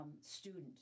student